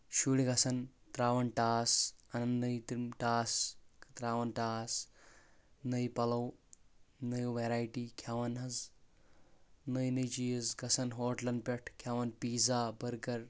شُرۍ گژھان تراوان ٹاس انان نٔوۍ تِم ٹاس تراوان ٹاس نٔوۍ پلو نوٚو ویٚرایٹی کھٮ۪وان حظ نٔوۍ نٔوۍ چیٖز گژھان ہوٹلن پٮ۪ٹھ کھٮ۪وان پیزا برگر